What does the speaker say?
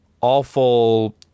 awful